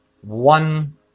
one